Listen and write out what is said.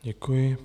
Děkuji.